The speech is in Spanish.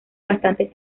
bastantes